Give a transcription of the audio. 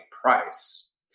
price